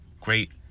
great